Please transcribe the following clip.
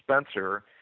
Spencer